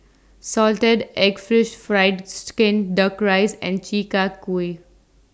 Salted Egg Fried Fish Skin Duck Rice and Chi Kak Kuih